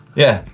yeah,